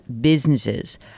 businesses